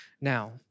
now